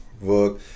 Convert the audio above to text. work